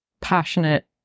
passionate